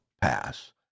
pass